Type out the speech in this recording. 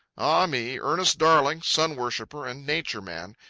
ah, me, ernest darling, sun-worshipper and nature man,